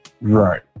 Right